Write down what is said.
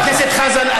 חבר הכנסת חזן,